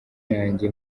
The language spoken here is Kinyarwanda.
yanjye